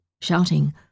shouting